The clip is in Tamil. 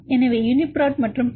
எனவே யூனிபிரோட் மற்றும் பி